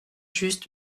just